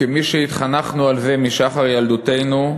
כמי שהתחנכנו על זה משחר ילדותנו,